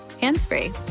hands-free